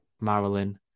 Marilyn